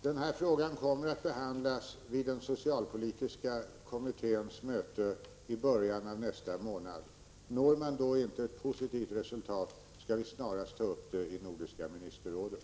Fru talman! Frågan kommer att behandlas vid den socialpolitiska kommitténs möte i början av nästa månad. Når man då inte ett positivt resultat skall vi snarast ta upp frågan i Nordiska ministerrådet.